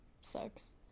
sucks